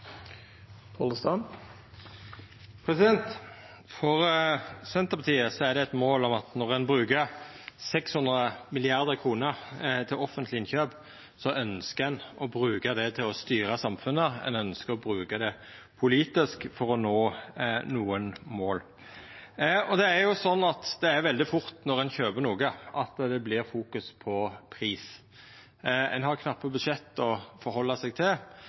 det eit mål at når ein bruker 600 mrd. kr til offentlege innkjøp, ønskjer ein å bruka det til å styra samfunnet, ein ønskjer å bruka det politisk for å nå nokre mål. Det er jo sånn at når ein kjøper noko, vert det veldig fort fokus på pris. Ein har knappe budsjett å halda seg til,